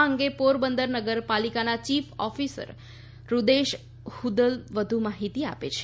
આ અંગે પોરબંદર નગરપાલિકાના ચીફ ઓફીસર રૂદેશ હુદલ વધુ માહિતી આપે છે